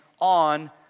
on